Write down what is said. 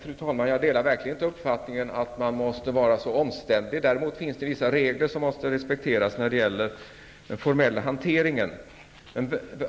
Fru talman! Jag delar verkligen inte uppfattningen att man måste vara så omständlig. Däremot finns det vissa regler som måste respekteras när det gäller den formella hanteringen.